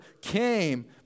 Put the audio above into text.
came